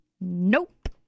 Nope